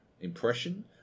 impression